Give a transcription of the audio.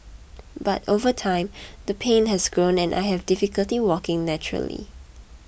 but over time the pain has grown and I have difficulty walking naturally